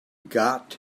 got